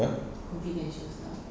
what